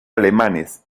alemanes